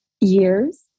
years